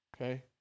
okay